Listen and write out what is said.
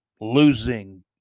losing